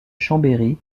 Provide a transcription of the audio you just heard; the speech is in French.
chambéry